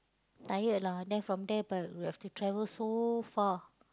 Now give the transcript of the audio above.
tired lah then from there b~ we have to travel so far